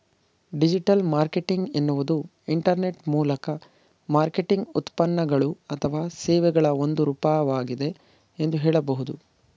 digital marketing ಎನ್ನುವುದು internet ಮೂಲಕ marketing ಉತ್ಪನ್ನಗಳು ಅಥವಾ ಸೇವೆಗಳ ಒಂದು ರೂಪವಾಗಿದೆ ಎಂದು ಹೇಳಬಹುದು